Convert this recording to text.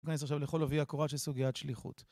נכנס עכשיו לכל עבי הקורה של סוגיית שליחות.